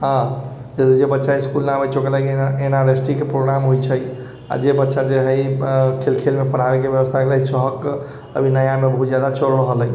हँ जाहिसे जे बच्चा इसकुल न अबै छै ओकरा लागि यहाँ एन आर एस टी के प्रोग्राम होइ छै आओर जे बच्चा जे हइ खेल खेलमे पढ़ाबैके व्यवस्थाके लेल चाक अभी नयामे बहुत जादा चल रहल अछि